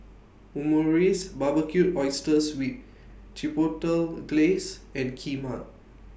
Omurice Barbecued Oysters with Chipotle Glaze and Kheema